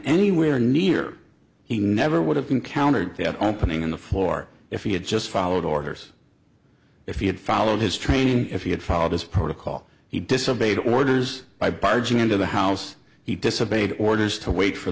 anywhere near he never would have been countered that opening in the floor if he had just followed orders if he had followed his training if he had followed his protocol he disobeyed orders by barging into the house he disobeyed orders to wait for